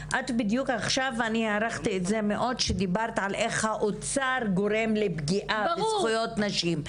הערכתי מאוד שאמרת שהאוצר גורם לפגיעה בזכויות נשים.